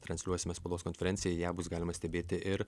transliuosime spaudos konferenciją ją bus galima stebėti ir